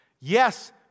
Yes